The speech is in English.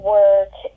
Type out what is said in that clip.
work